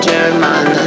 German